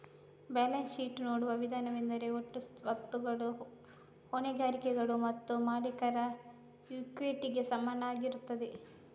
balance sheet ನೋಡುವ ವಿಧಾನವೆಂದರೆ ಒಟ್ಟು ಸ್ವತ್ತುಗಳು ಹೊಣೆಗಾರಿಕೆಗಳು ಮತ್ತು ಮಾಲೀಕರ ಇಕ್ವಿಟಿಗೆ ಸಮನಾಗಿರುತ್ತದೆ